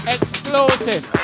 Explosive